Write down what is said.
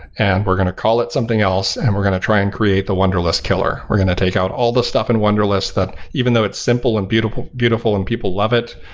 and we're going to call it something else and we're going to try and create the wunderlist killer. we're going to take out all the stuff in wunderlist that even though it's simple and beautiful beautiful and people love it,